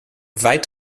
weit